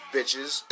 Bitches